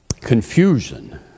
confusion